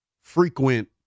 frequent